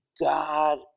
God